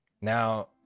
now